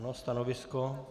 Stanovisko?